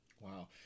wow